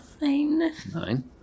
Nine